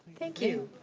thank you.